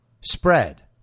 spread